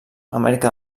amèrica